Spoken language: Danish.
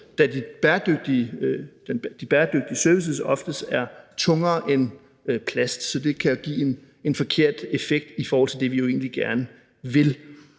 da de bæredygtige servicer oftest er tungere end plast. Så det kan give en forkert effekt i forhold til det, vi jo